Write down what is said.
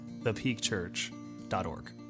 thepeakchurch.org